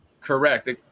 Correct